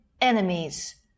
enemies